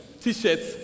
t-shirts